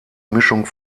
mischung